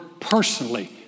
personally